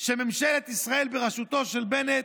שממשלת ישראל, בראשותו של בנט,